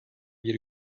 bir